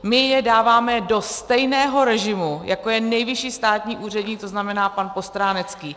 My je dáváme do stejného režimu, jako je nejvyšší státní úředník, to znamená pan Postránecký.